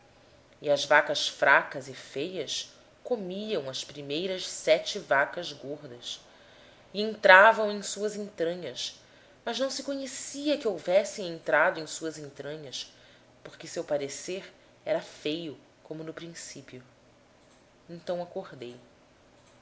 e as vacas magras e feias comiam as primeiras sete vacas gordas e entravam em suas entranhas mas não se conhecia que houvessem entrado em suas entranhas porque o seu parecer era feio como no principio então acordei